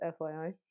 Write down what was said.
FYI